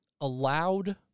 allowed